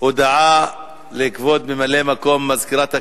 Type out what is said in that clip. הודעה לכבוד ממלא-מקום מזכירת הכנסת.